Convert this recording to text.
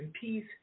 peace